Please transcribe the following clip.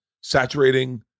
saturating